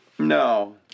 No